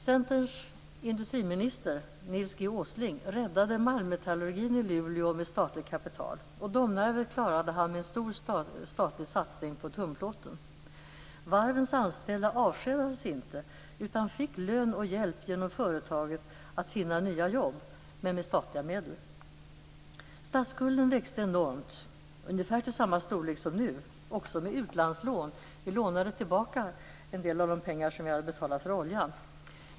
Centerns industriminister Nils G Åsling räddade malmmetallurgin i Luleå med statligt kapital. Domnarvet klarade han med en stor statlig satsning på tunnplåt. Varvens anställda avskedades inte, utan de fick lön och hjälp genom företagen att finna nya jobb - men med statliga medel. Statsskulden växte enormt, till ungefär till samma storlek som nu. Vi hade också utlandslån. Vi lånade tillbaka en del av de pengar som vi hade betalat för oljan.